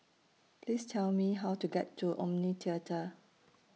Please Tell Me How to get to Omni Theatre